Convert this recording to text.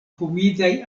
humidaj